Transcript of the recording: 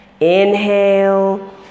inhale